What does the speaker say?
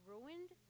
ruined